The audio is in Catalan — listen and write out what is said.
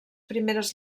primeres